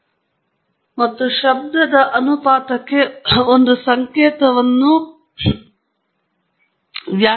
ಇದು ಶಬ್ದಕ್ಕೆ ಬಂದಾಗ ಚಿಂತಿಸಬೇಕಾದ ಇತರ ವಿಷಯಗಳು ಇವೆ ಆದರೆ ಶಬ್ದ ಮುಕ್ತ ಸ್ಥಿತಿಯಲ್ಲಿ ಸಹ ನಾವು ಸಾಕಷ್ಟು ಉತ್ಸುಕ ಡೇಟಾವನ್ನು ಹೊಂದಿದ್ದೇವೆ ಎಂಬುದನ್ನು ನೆನಪಿನಲ್ಲಿರಿಸುವುದು ಬಹಳ ಮುಖ್ಯ